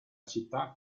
città